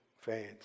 fans